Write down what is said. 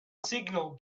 signal